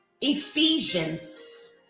Ephesians